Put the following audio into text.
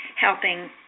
helping